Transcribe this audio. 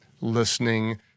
listening